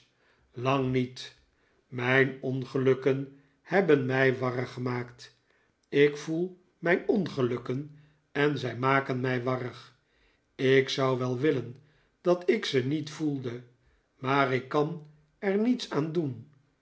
lang niet mijn dngelukken hebben mij warrig gemaakt ik voel mijn ongelukken en zij maken mij warrig ik zou wel willen dat ik ze niet yoelde maar ik kan er niets aan doen